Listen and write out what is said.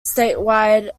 statewide